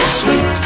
sweet